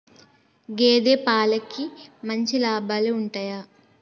గేదే పాలకి మంచి లాభాలు ఉంటయా?